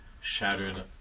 shattered